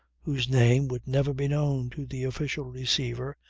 whose name would never be known to the official receiver,